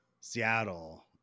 Seattle